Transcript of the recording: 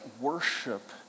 worship